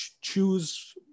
choose